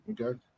Okay